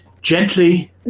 Gently